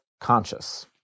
conscious